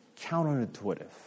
counterintuitive